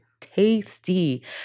tasty